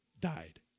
died